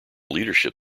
leadership